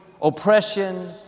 oppression